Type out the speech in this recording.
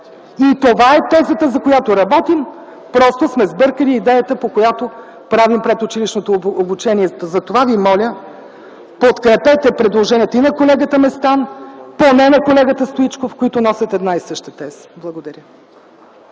и това е тезата, за която работим, просто сме сбъркали идеята, по която правим предучилищното обучение. Затова ви моля: подкрепете предложението на колегата Местан, поне на колегата Стоичков, които носят една и съща теза. Благодаря